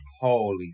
Holy